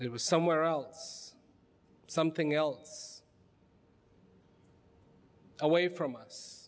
it was somewhere else something else away from us